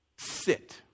sit